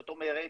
זאת אומרת